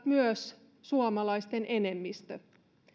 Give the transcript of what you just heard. myös suomalaisten enemmistö